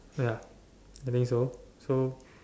ya I think so so